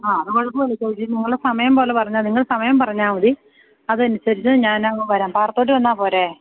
ആ അത് കുഴപ്പമില്ല ചോദിച്ചിട്ട് നിങ്ങള് സമയം പോലെ പറഞ്ഞാല് നിങ്ങൾ സമയം പറഞ്ഞാല് മതി അതനുസരിച്ചു ഞാനങ്ങ് വരാം പാറത്തോട്ടില് വന്നാല്പ്പോരേ